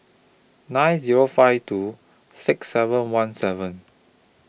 nine Zero five two six seven one seven